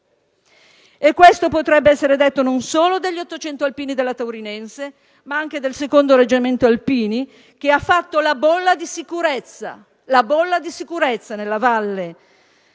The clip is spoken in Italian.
Questo potrebbe essere detto non solo per gli 800 alpini della Taurinense, ma anche per il 2° Reggimento Alpini, che ha fatto la bolla di sicurezza nella valle